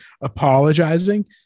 apologizing